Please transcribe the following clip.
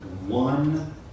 one